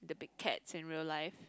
big cats in real life